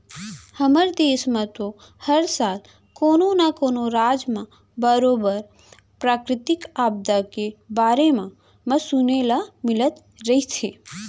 हमर देस म तो हर साल कोनो न कोनो राज म बरोबर प्राकृतिक आपदा के बारे म म सुने ल मिलत रहिथे